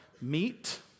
meet